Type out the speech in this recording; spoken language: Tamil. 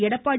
எடப்பாடி